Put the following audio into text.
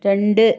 രണ്ട്